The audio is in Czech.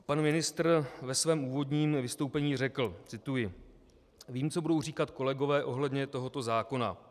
Pan ministr ve svém úvodním vystoupení řekl cituji: Vím, co budou říkat kolegové ohledně tohoto zákona.